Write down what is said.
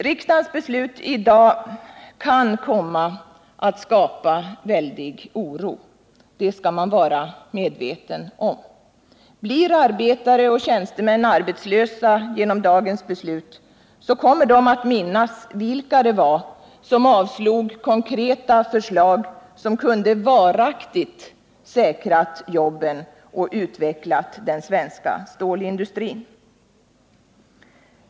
Riksdagens beslut i dag kan komma att skapa stor oro, det skall man vara medveten om. Blir arbetare och tjänstemän arbetslösa genom dagens beslut, så kommer de att minnas vilka det var som avslog konkreta förslag som varaktigt kunde ha säkrat jobben och utvecklat den svenska stålindustrin.